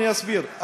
אני אסביר.